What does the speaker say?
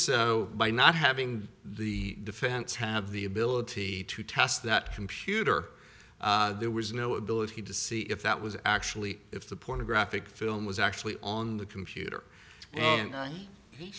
so by not having the defense have the ability to test that computer there was no ability to see if that was actually if the pornographic film was actually on the computer